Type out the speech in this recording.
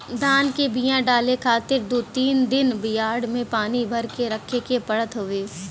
धान के बिया डाले खातिर दू तीन दिन बियाड़ में पानी भर के रखे के पड़त हउवे